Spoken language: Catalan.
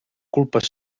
culpa